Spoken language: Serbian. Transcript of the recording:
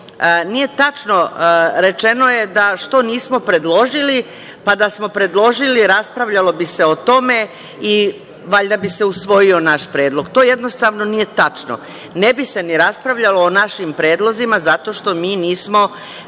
je rečeno - što nismo predložili, pa, da smo predložili, raspravljalo bi se o tome i valjda bi se usvojio naš predlog. To jednostavno nije tačno. Ne bi se ni raspravljalo o našim predlozima zato što mi nismo deo